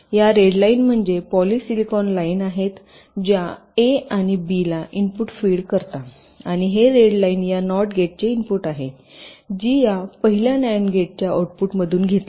या red line म्हणजे polysilicon line आहेत ज्या ए आणि बी इनपुटला फीड करता आणि ही रेड लाईन या नॉट गेटचे इनपुट आहे जी या पहिल्या न्याड गेटच्या आऊटपुटमधून घेतली आहे